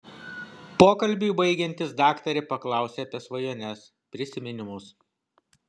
pokalbiui baigiantis daktarė paklausia apie svajones prisiminimus